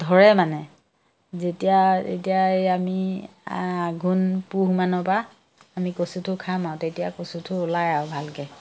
ধৰে মানে যেতিয়া এতিয়া এই আমি আঘোণ পুহমানৰ পৰা আমি কচুটো খাম আৰু তেতিয়া কচুটো ওলাই আৰু ভালকৈ